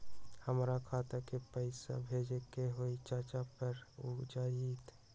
हमरा खाता के पईसा भेजेए के हई चाचा पर ऊ जाएत?